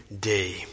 day